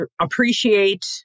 appreciate